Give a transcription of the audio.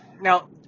Now